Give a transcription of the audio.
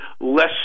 less